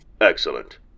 Excellent